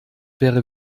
wäre